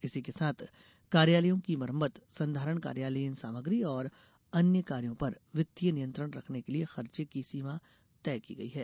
इसी के साथ कार्यालयों की मरम्मत संधारण कार्यालयीन सामग्री और अन्य कार्यों पर वित्तीय नियंत्रण रखने के लिये खर्चे की सीमा तय की गई है